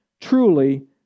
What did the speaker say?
Truly